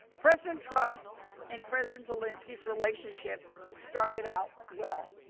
president trump and president zelensky's relationship started out well.